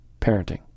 parenting